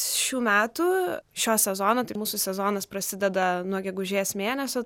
šių metų šio sezono tai mūsų sezonas prasideda nuo gegužės mėnesio